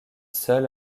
seul